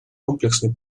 комплексный